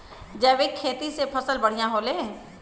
जैविक खेती से फसल बढ़िया होले